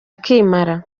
akimara